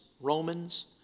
Romans